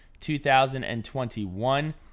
2021